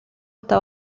está